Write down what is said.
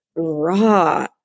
raw